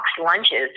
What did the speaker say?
lunches